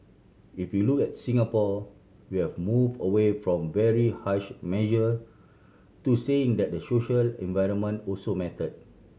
if you look at Singapore we have move away from very harsh measure to saying that the social environment also matter